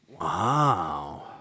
Wow